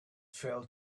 fell